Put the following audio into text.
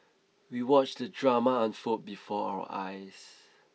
we watched the drama unfold before our eyes